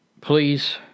please